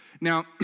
Now